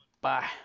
Bye